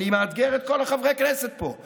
אני מאתגר את כל חברי הכנסת פה.